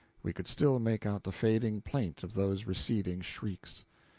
we could still make out the fading plaint of those receding shrieks.